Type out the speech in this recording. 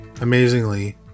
Amazingly